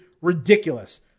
ridiculous